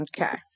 Okay